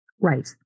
right